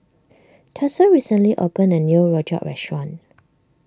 Tatsuo recently opened a new Rojak restaurant